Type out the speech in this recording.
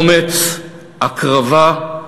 אומץ, הקרבה,